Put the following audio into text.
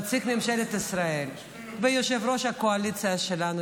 נציג ממשלת ישראל ויושב-ראש הקואליציה שלנו,